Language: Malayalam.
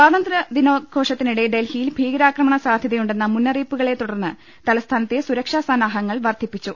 സ്വാതന്ത്യ ദിനാഘോഷത്തിനിടെ ഡൽഹിയിൽ ഭീകരാക്രമണ സാധ്യ തയുണ്ടെന്ന് മുന്നറിപ്പുകളെതുടർന്ന് തലസ്ഥാനത്തെ സുരക്ഷാ സന്നാഹ ങ്ങൾ വർദ്ധിപ്പിച്ചു